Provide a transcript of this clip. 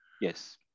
yes